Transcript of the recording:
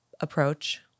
approach